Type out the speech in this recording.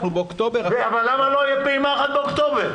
אבל למה שלא תהיה פעימה אחת באוקטובר?